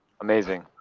Amazing